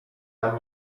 tam